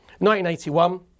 1981